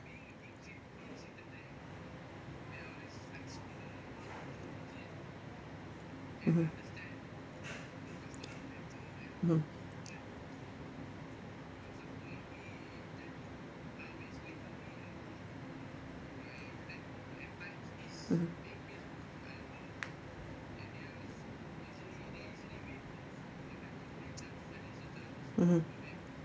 mmhmm hmm mmhmm mmhmm